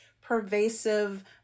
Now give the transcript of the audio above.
pervasive